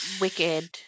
Wicked